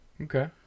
okay